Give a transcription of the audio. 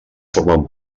formen